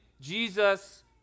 Jesus